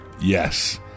Yes